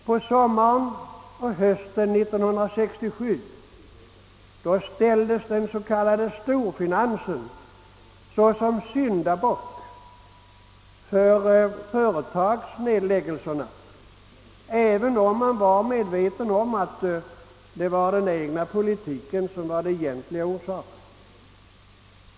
På sommaren och hösten 1967 framställdes den s.k. storfinansen såsom syndabock för företagsnedläggelserna, även om regeringen var medveten om att den egna politiken var den egentliga orsaken.